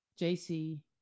JC